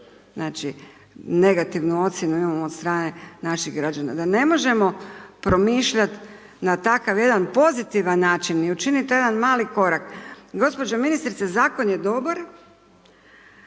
Znači, negativnu ocjenu imamo od strane naših građana. Da ne možemo promišljat na takav jedan pozitivan način i učinit to je jedan mali korak. Gospođo ministrice zakon je dobar